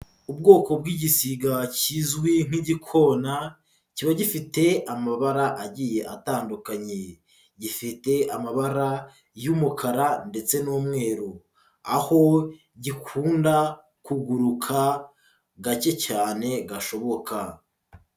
Ubwoko bw'igisiga kizwi nk'igikona, kiba gifite amabara agiye atandukanye, gifite amabara y'umukara ndetse n'umweru, aho gikunda kuguruka gake cyane gashoboka.